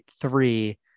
three